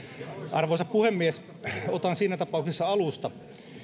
arvoisa puhemies otan siinä tapauksessa alusta